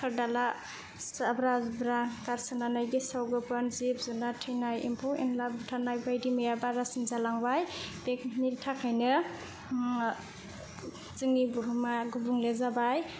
दाखोर दाला जाब्रा जुब्रा गारसोनानै गेसाव गोफोन जिब जुनाद थैनाय एम्फौ एनला बुथारनाय बायदिमैया बारासिन जालांबाय बेनि थाखायनो जोंनि बुहुमा गुबुंले जाबाय